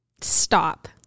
stop